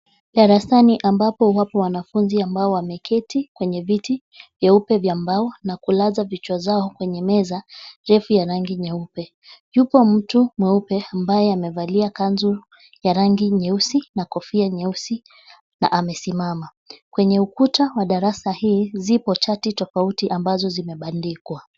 Darasani ambapo wapo wanafunzi ambao wameketi kwenye viti vyeupe vya mbao na kulaza vichwa zao kwenye meza refu ya rangi nyeupe. Yupo mtu mweupe ambaye amevalia kanzu ya rangi nyeusi na kofia nyeusi na amesimama. Kwenye ukuta wa darasa hii zipo chati tofauti ambazo zimebandikwa.